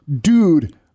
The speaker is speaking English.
dude